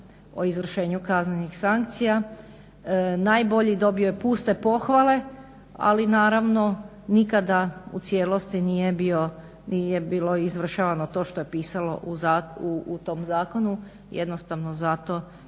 o izvršenju kaznenih sankcija, najbolji, dobio je puste pohvale, ali naravno nikada u cijelosti nije bilo izvršavano to što je pisalo u tom zakonu, jednostavno zato